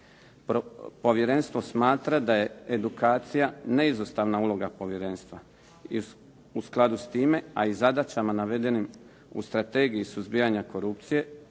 Povjerenstvo smatra da je edukacija neizostavna uloga povjerenstva i u skladu s time, a i zadaćama navedenim u Strategiji suzbijanja korupcije,